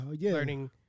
learning